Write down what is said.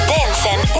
Dancing